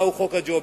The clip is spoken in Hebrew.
ומהו חוק הג'ובים.